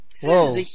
Whoa